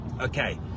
Okay